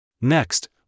Next